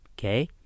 okay